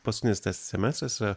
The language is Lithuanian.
paskutinis tas semestras yra